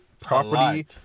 property